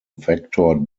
vector